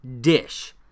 dish